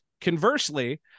conversely